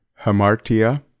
hamartia